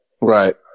Right